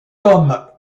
tom